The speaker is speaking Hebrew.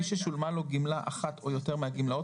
מי ששולמה לו גמלה אחת או יותר מהגמלאות